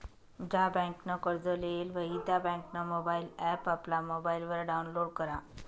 ज्या बँकनं कर्ज लेयेल व्हयी त्या बँकनं मोबाईल ॲप आपला मोबाईलवर डाऊनलोड करा